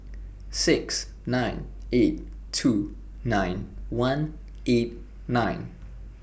six nine eight two nine one eight nine